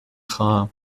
خواهم